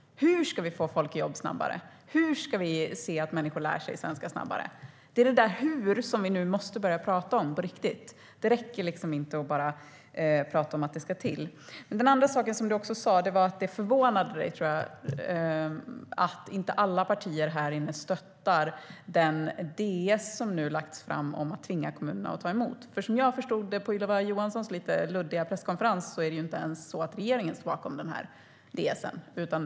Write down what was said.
Hur ska vi få folk i jobb snabbare? Hur ska vi se till att människor lär sig svenska snabbare? Det är "hur" som vi måste börja prata om på riktigt. Det räcker liksom inte att bara prata om att det ska till. Det andra du sa var att det förvånar dig att inte alla partier här inne stöttar den Ds som nu har lagts fram om att tvinga kommunerna att ta emot. Som jag förstod det av Ylva Johanssons lite luddiga presskonferens står inte ens regeringen bakom den här Ds:en.